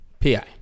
PI